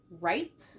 ripe